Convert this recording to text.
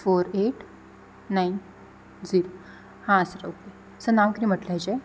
four eight nine zero हा sir okay sir नांव किदें म्हटलें हाजें